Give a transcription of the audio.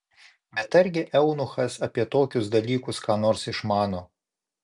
bet argi eunuchas apie tokius dalykus ką nors išmano